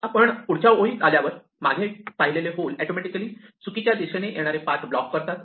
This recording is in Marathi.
आपण पुढच्या ओळीत आल्यावर मागे पाहिलेले होल ऑटोमॅटिकली चुकीच्या दिशेने येणारे पाथ ब्लॉक करतात